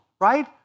right